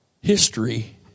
History